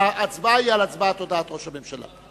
אבל ההצבעה היא על הודעת ראש הממשלה.